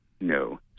no